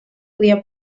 podia